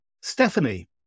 Stephanie